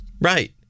Right